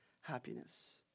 happiness